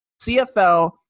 CFL